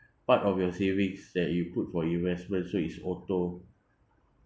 part of your savings that you put for investment so it's auto